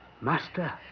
Master